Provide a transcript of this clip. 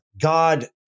God